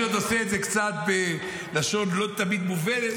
אני עוד עושה את זה קצת בלשון לא תמיד מובנת,